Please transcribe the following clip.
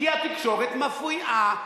כי התקשורת מפריעה,